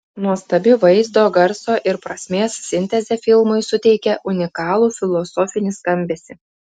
nuostabi vaizdo garso ir prasmės sintezė filmui suteikia unikalų filosofinį skambesį